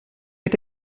mit